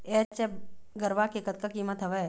HF गरवा के कतका कीमत हवए?